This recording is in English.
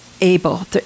able